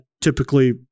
typically